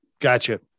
Gotcha